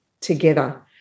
together